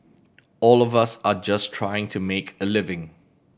all of us are just trying to make a living